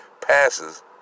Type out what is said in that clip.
passes